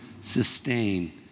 sustain